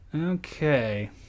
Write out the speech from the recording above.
Okay